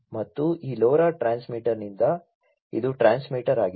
ಮತ್ತು ಈ LoRa ಟ್ರಾನ್ಸ್ಮಿಟರ್ನಿಂದ ಇದು ಟ್ರಾನ್ಸ್ಮಿಟರ್ ಆಗಿದೆ